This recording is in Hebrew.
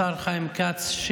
השר חיים כץ,